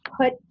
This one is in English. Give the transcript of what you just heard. put